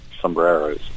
sombreros